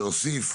להוסיף.